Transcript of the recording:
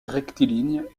rectiligne